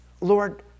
Lord